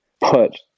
put